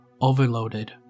overloaded